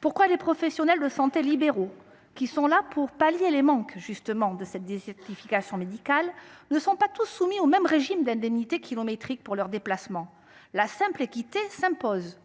pourquoi les professionnels de santé libéraux, censés pallier les effets néfastes de cette désertification médicale, ne sont pas tous soumis au même régime d’indemnité kilométrique pour leurs déplacements. La simple équité impose